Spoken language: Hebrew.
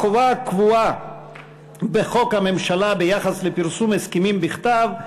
החובה הקבועה בחוק הממשלה ביחס לפרסום הסכמים בכתב,